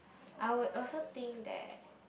I would also think that